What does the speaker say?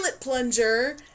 plunger